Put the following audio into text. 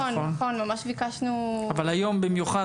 נכון, אבל היום חיברנו במיוחד,